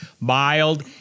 mild